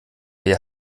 wer